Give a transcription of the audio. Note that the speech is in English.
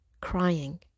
crying